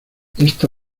esta